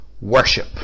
worship